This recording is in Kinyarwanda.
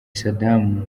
saddam